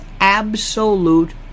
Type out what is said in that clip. absolute